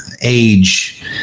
age